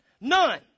None